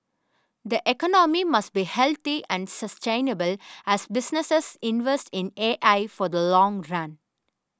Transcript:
the economy must be healthy and sustainable as businesses invest in A I for the long run